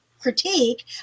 critique